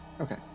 Okay